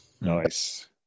Nice